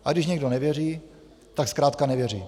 A když někdo nevěří, tak zkrátka nevěří.